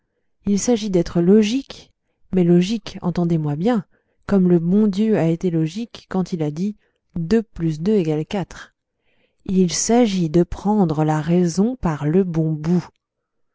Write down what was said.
il s'agit d'être logique mais logique entendez-moi bien comme le bon dieu a été logique quand il a dit il s'agit de prendre la raison par le bon bout